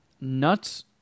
Nuts